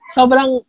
Sobrang